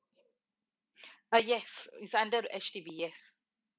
uh yes he's under the H_D_B yes